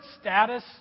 status